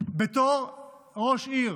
בתור ראש עיר